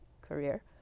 career